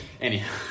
anyhow